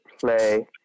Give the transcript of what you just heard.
play